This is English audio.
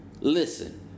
Listen